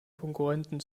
konkurrenten